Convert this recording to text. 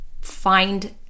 find